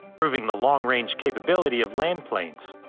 proving the long-range capabilities of land planes.